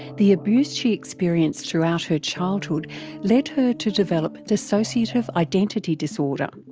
the abuse she experienced throughout her childhood led her to develop dissociative identity disorder.